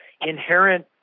inherent